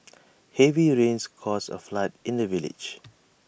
heavy rains caused A flood in the village